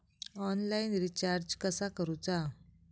Online recharge कसा करूचा?